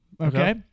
Okay